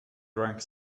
drank